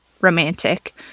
romantic